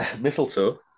mistletoe